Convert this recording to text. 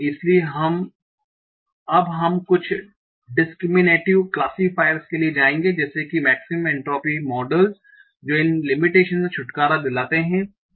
इसलिए अब हम कुछ डिसक्रीमीनेटिव क्लासिफायर के लिए जाएंगे जैसे कि मेक्सिमम एंट्रोपी मॉडल्स जो इन लिमिटेशन्स से छुटकारा दिलाते हैं